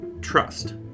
trust